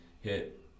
hit